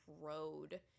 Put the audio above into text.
road